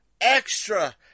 extra